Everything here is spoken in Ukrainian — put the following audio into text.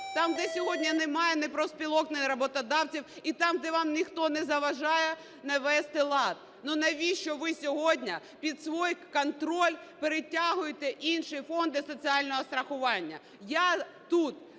там, де сьогодні немає ні профспілок, ні роботодавців, і там, де вам ніхто не заважає навести лад. Навіщо ви сьогодні під свій контроль перетягуєте інші фонди соціального страхування? Я тут